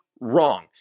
wrong